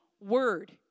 word